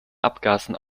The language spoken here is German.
abgasen